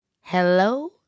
Hello